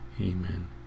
Amen